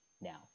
now